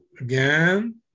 again